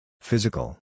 Physical